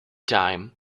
time